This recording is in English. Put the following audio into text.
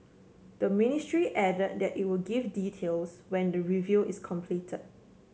the ministry add that it would give details when the review is complete